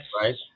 right